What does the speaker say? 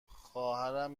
خواهرم